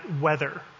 weather